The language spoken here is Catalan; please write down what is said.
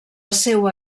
seua